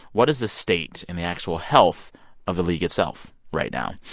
what is the state and the actual health of the league itself right now?